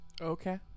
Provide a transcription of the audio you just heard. okay